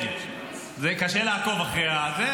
קשה לעקוב אחרי זה.